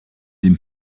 dem